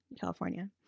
California